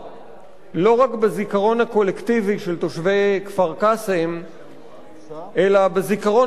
לא רק בזיכרון הקולקטיבי של תושבי כפר-קאסם אלא בזיכרון הקולקטיבי